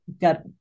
got